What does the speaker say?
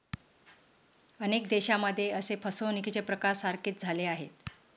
अनेक देशांमध्ये असे फसवणुकीचे प्रकार सारखेच झाले आहेत